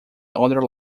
other